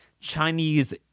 Chinese